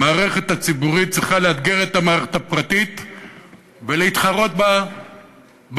המערכת הציבורית צריכה לאתגר את המערכת הפרטית ולהתחרות בה בכלים,